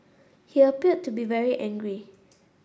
he appeared to be very angry